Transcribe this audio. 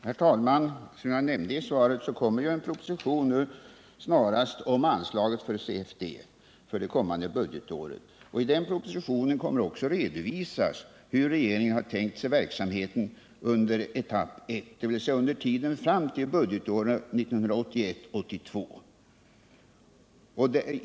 Herr talman! Som jag nämnde i svaret kommer en proposition snarast om anslaget till CFD för det kommande budgetåret. I den propositionen kommer det också att redovisas hur regeringen har tänkt sig verksamheten under etapp 1, dvs. under tiden fram till budgetåret 1981/82.